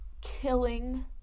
killing